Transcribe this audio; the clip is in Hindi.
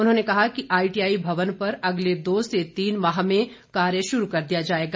उन्होंने कहा कि आईटीआई भवन पर अगले दो से तीन माह में कार्य शुरू कर दिया जाएगा